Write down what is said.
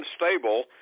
unstable—